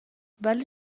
ولی